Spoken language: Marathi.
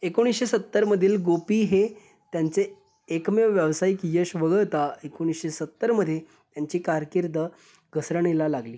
एकोणीसशे सत्तरमधील गोपी हे त्यांचे एकमेव व्यावसायिक यश वगळता एकोणीसशे सत्तरमध्ये त्यांची कारकीर्द घसरणीला लागली